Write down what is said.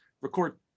record